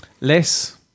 Less